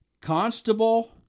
Constable